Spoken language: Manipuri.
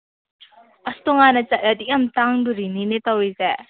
ꯑꯁ ꯇꯣꯉꯥꯟꯅ ꯆꯠꯂꯗꯤ ꯌꯥꯝ ꯇꯥꯡꯗꯣꯔꯤꯅꯤꯅꯦ ꯇꯧꯔꯤꯁꯦ